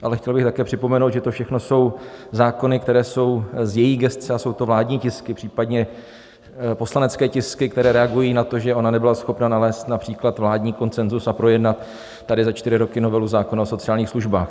Ale chtěl bych také připomenout, že to všechno jsou zákony, které jsou z její gesce, a jsou to vládní tisky, případně poslanecké tisky, které reagují na to, že ona nebyla schopna nalézt například vládní konsenzus a projednat tady za čtyři roky novelu zákona o sociálních službách.